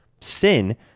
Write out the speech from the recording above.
sin